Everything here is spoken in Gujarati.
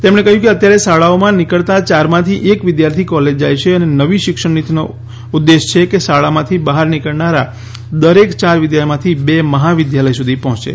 તેમણે કહ્યું કે અત્યારે શાળાઓમાં નીકળતા ચારમાંથી એક વિદ્યાર્થી કોલેજ જાય છે અને નવી શિક્ષણ નીતિનો ઉપદેશ છે કે શાળાઓમાંથી બહાર નિકળનારા દરેક ચાર વિદ્યાર્થીઓમાંથી બે મહાવિદ્યાલય સુધી પહોંચે